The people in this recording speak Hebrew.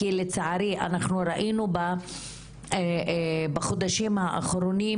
כי לצערי אנחנו ראינו בחודשים האחרונים,